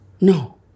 No